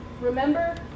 Remember